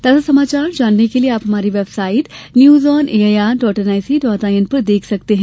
ताजा समाचार जानने के लिए आप हमारी website news on A I R dot N I C dot I N देख सकते हैं